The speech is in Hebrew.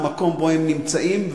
מהמקום שבו הם נמצאים,